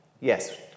Yes